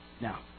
Now